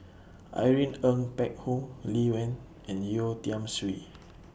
Irene Ng Phek Hoong Lee Wen and Yeo Tiam Siew